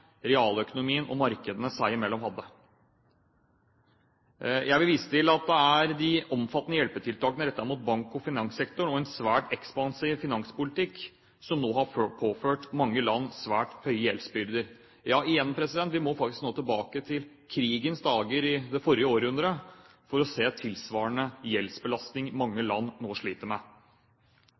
Jeg vil vise til at de omfattende hjelpetiltakene rettet mot bank- og finanssektoren og en svært ekspansiv finanspolitikk nå har påført mange land svært høye gjeldsbyrder. Vi må igjen faktisk tilbake til krigens dager i forrige århundre for å se tilsvarende gjeldsbelastning som det mange land nå sliter med.